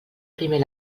primer